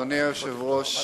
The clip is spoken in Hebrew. אדוני היושב-ראש,